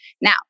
Now